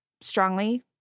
strongly